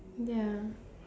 ya